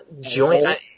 joint